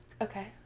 Okay